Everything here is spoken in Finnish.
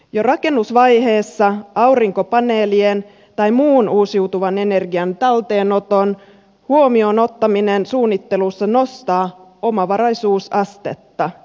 jo rakennusvaiheessa aurinkopaneelien tai muun uusiutuvan energian talteenoton huomioon ottaminen suunnittelussa nostaa omavaraisuusastetta